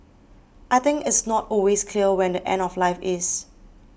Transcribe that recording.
I think it's not always clear when the end of life is